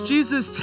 Jesus